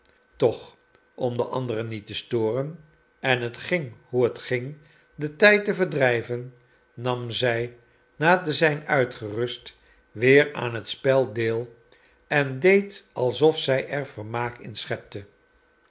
toch om de anderen niet te storen en het ging hoe het ging den tijd te verdrijven nam zij na te zijn uitgerust weer aan het spel deel en deed alsof zij er vermaak in schepte